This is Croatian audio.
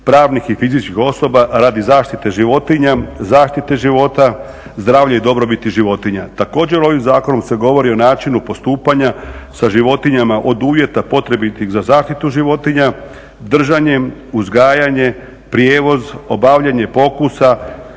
pravnih i fizičkih osoba radi zaštite životinja, zaštite života, zdravlja i dobrobiti životinja. Također ovim zakonom se govori o načinu postupanja sa životinja od uvjeta potrebitih za zaštitu životinja, držanje, uzgajanje, prijevoz, obavljanje pokusa,